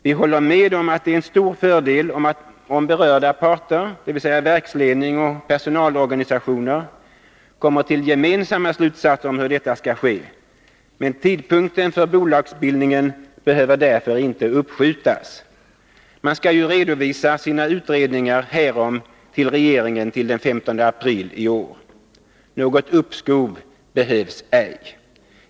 Vi håller med om att det är en stor fördel, om berörda parter — dvs. verksledning och personalorganisationer — kommer till gemensamma slutsatser om hur detta skall ske, men tidpunkten för bolagsbildningen behöver därför inte uppskjutas. Man skall ju redovisa sina utredningar härom för regeringen till den 15 april i år. Något uppskov behövs ej.